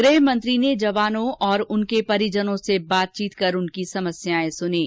गृह मंत्री ने जवानों और उनके परिजनों से बातचीत कर उनकी समस्याए सुनीं